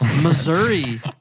Missouri